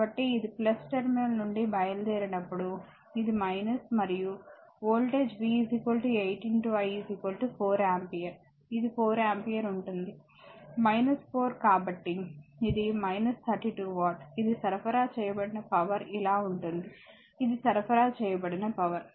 కాబట్టి ఇది టెర్మినల్ నుండి బయలుదేరినప్పుడు ఇది మరియు వోల్టేజ్ V 8 I 4 ఆంపియర్ ఇది 4 ఆంపియర్ ఉంటుంది 4 కాబట్టి ఇది 32 వాట్ ఇది సరఫరా చేయబడిన పవర్ ఇలా ఉంటుంది ఇది సరఫరా చేయబడిన పవర్